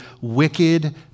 wicked